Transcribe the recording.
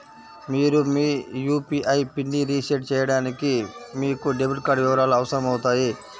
మీరు మీ యూ.పీ.ఐ పిన్ని రీసెట్ చేయడానికి మీకు డెబిట్ కార్డ్ వివరాలు అవసరమవుతాయి